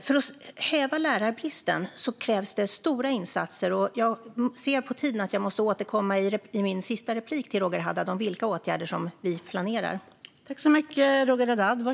För att häva lärarbristen krävs det stora insatser. Jag ser på tiden att jag måste återkomma till Roger Haddad i mitt sista inlägg om vilka åtgärder som vi planerar.